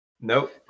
Nope